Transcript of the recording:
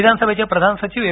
विधानसभेचे प्रधान सचिव ए